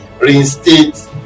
reinstate